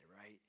right